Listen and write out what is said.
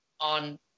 on